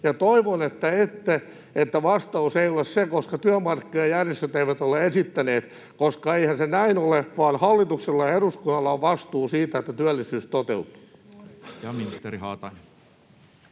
toivon, että vastaus ei ole: ”koska työmarkkinajärjestöt eivät ole esittäneet”. Koska eihän se näin ole, vaan hallituksella ja eduskunnalla on vastuu siitä, että työllisyys toteutuu.